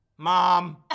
Mom